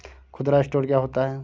खुदरा स्टोर क्या होता है?